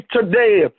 today